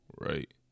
right